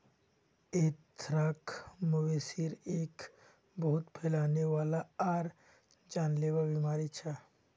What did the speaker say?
anthrax, मवेशिर एक बहुत फैलने वाला आर जानलेवा बीमारी छ